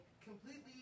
completely